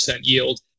yield